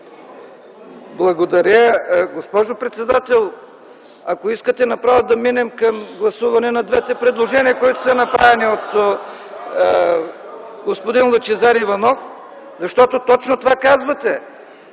Благодаря. Госпожо председател, ако искате направо да преминем към гласуване на двете предложения, които са направени от господин Лъчезар Иванов. РЕПЛИКИ ОТ ГЕРБ: